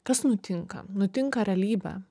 kas nutinka nutinka realybė